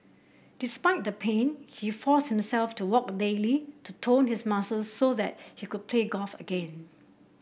despite the pain he forced himself to walk daily to tone his muscles so that he could play golf again